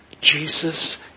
Jesus